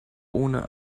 ohne